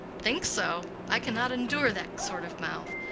think so? i cannot endure that sort of mouth.